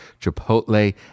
Chipotle